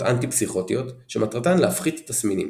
אנטי-פסיכוטיות שמטרתן להפחית תסמינים.